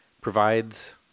provides